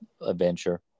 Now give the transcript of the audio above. adventure